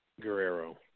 Guerrero